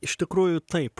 iš tikrųjų taip